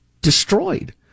destroyed